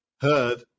heard